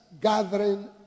gathering